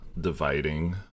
dividing